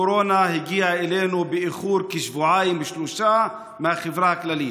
הקורונה הגיעה אלינו באיחור של כשבועיים-שלושה לעומת החברה הכללית.